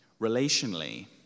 relationally